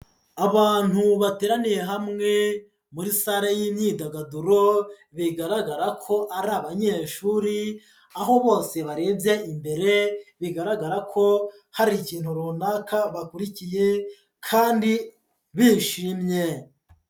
Abantu bateraniye hamwe muri sale y'imyidagaduro, bigaragara ko ari abanyeshuri, aho bose barebye imbere bigaragara ko hari ikintu runaka bakurikiye kandi bishimye.